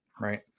Right